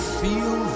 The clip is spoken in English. feel